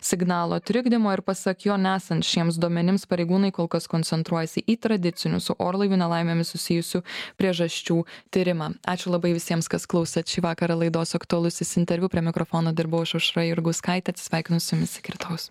signalo trikdymo ir pasak jo nesant šiems duomenims pareigūnai kol kas koncentruojasi į tradicinių su orlaivių nelaimėmis susijusių priežasčių tyrimą ačiū labai visiems kas klausėt šį vakarą laidos aktualusis interviu prie mikrofono dirbo aš aušra jurgauskaitė atsisveikinu su jumis iki rytojaus